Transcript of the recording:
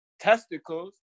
testicles